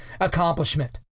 accomplishment